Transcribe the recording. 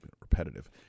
repetitive